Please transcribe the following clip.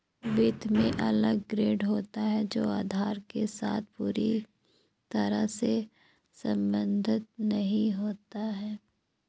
वित्त में अलग ग्रेड होता है जो आधार के साथ पूरी तरह से सहसंबद्ध नहीं होता है